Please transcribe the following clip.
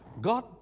God